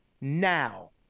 now